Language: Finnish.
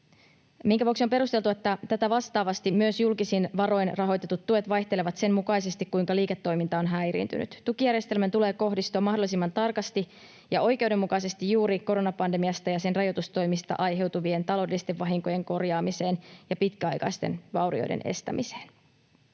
minkä vuoksi on perusteltua, että tätä vastaavasti myös julkisin varoin rahoitetut tuet vaihtelevat sen mukaisesti, kuinka liiketoiminta on häiriintynyt. Tukijärjestelmän tulee kohdistua mahdollisimman tarkasti ja oikeudenmukaisesti juuri koronapandemiasta ja sen rajoitustoimista aiheutuvien taloudellisten vahinkojen korjaamiseen ja pitkäaikaisten vaurioiden estämiseen.